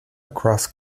across